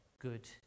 good